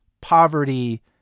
poverty